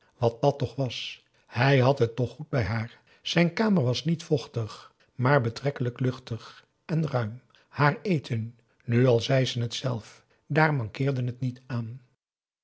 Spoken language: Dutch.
wat dàt toch was hij had het toch goed bij haar zijn kamer was niet vochtig maar betrekkelijk luchtig en ruim haar eten nu al zei ze het zelf dààr mankeerde het niet aan